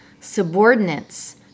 subordinates